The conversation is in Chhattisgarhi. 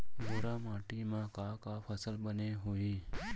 भूरा माटी मा का का फसल बने होही?